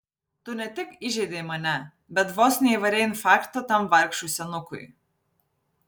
tu ne tik įžeidei mane bet vos neįvarei infarkto tam vargšui senukui